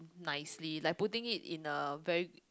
nicely like putting it in a very